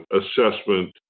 assessment